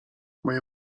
moja